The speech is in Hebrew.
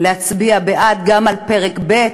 להצביע בעד גם על פרק ב',